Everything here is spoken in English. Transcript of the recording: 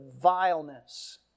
vileness